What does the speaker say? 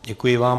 Děkuji vám.